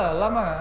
lama